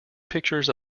pictures